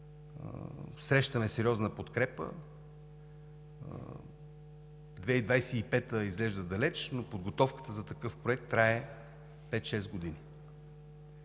срещаме сериозна подкрепа – 2025 г. изглежда далече, но подготовката за такъв проект трае пет- шест години.